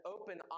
open